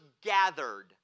gathered